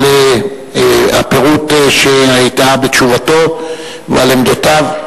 על הפירוט שהיה בתשובתו ועל עמדותיו.